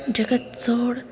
जेका चड